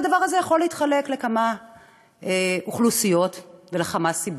הדבר הזה יכול להתחלק לכמה אוכלוסיות ולכמה סיבות.